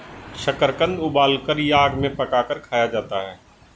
शकरकंद उबालकर या आग में पकाकर खाया जाता है